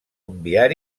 enviar